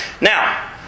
Now